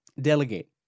Delegate